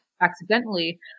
accidentally